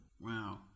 Wow